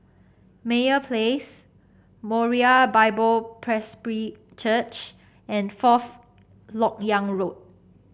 Meyer Place Moriah Bible Presby Church and Fourth LoK Yang Road